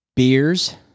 beers